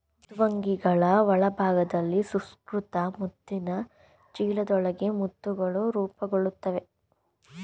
ಮೃದ್ವಂಗಿಗಳ ಒಳಭಾಗದಲ್ಲಿ ಸುಸಂಸ್ಕೃತ ಮುತ್ತಿನ ಚೀಲದೊಳಗೆ ಮುತ್ತುಗಳು ರೂಪುಗೊಳ್ತವೆ